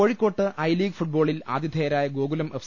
കോഴിക്കോട്ട് I league ഫുട്ബോളിൽ ആതിഥേയരായ ഗോകുലം എഫ്